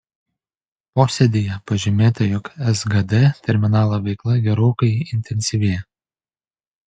posėdyje pažymėta jog sgd terminalo veikla gerokai intensyvėja